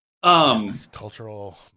Cultural